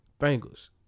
Bengals